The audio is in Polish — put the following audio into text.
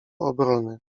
obrony